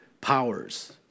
Powers